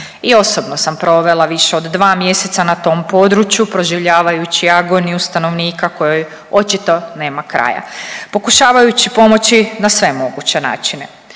I osobna sam provela više od dva mjeseca na tom području proživljavajući agoniju stanovnika kojoj očito nema kraja, pokušavajući pomoći na sve moguće načine.